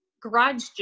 garage